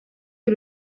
que